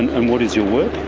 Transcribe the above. and what is your work?